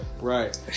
Right